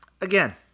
again